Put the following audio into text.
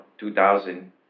2000